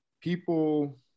People